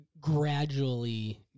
gradually